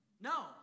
No